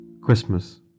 Christmas